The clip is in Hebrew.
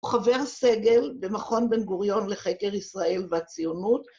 הוא חבר סגל במכון בן-גוריון לחקר ישראל והציונות.